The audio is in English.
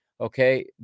okay